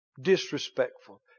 Disrespectful